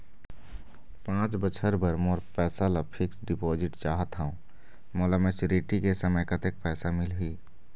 पांच बछर बर मोर पैसा ला फिक्स डिपोजिट चाहत हंव, मोला मैच्योरिटी के समय कतेक पैसा मिल ही?